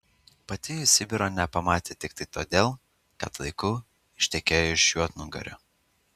pati ji sibiro nepamatė tiktai todėl kad laiku ištekėjo už juodnugario